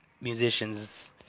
musicians